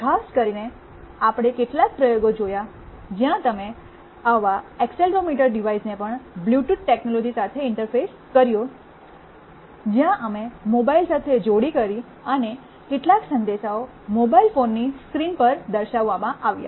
ખાસ કરીને આપણે કેટલાક પ્રયોગો જોયાં જ્યાં તમે આવા એક્સેલરોમીટર ડિવાઇસ ને પણ બ્લૂટૂથ ટેકનોલોજી સાથે ઇન્ટરફેસ કર્યો જ્યાં અમે મોબાઇલ સાથે જોડી કરી અને કેટલાક સંદેશાઓ મોબાઇલ ફોનની સ્ક્રીન પર દર્શાવવામાં આવ્યા